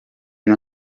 una